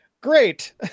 great